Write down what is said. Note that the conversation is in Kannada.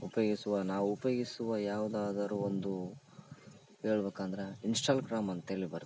ಉಪಯೋಗಿಸುವ ನಾವು ಉಪಯೋಗಿಸುವ ಯಾವುದಾದರೂ ಒಂದು ಹೇಳ್ಬೇಕಂದ್ರೆ ಇನ್ಸ್ಟಾಗ್ರಾಮ್ ಅಂತ ಹೇಳಿ ಬರುತ್ತೆ